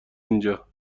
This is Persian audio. اینجا